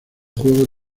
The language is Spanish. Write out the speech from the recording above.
juegos